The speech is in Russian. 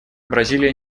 бразилия